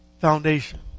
Foundation